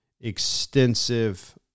extensive